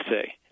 say